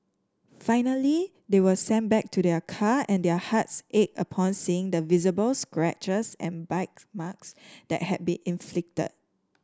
finally they were sent back to their car and their hearts ached upon seeing the visible scratches and bite marks that had been inflicted